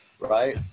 Right